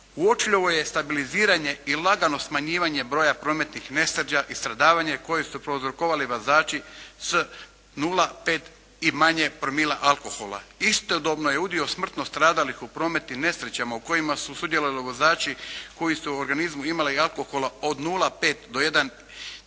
Uočljivo je stabiliziranje i lagano smanjivanje broja prometnih nesreća i stradavanja koje su prouzrokovali vozači s 0,5 i manje promila alkohola. Istodobno je udio smrtno stradalih u prometnim nesrećama u kojima su sudjelovali vozači koji su u organizmu imali alkohola od 0,5 do 1,5